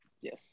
Yes